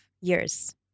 years